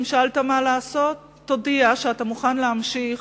אם שאלת מה לעשות, תודיע שאתה מוכן להמשיך